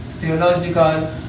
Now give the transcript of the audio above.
theological